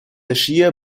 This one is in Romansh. aschia